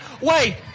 Wait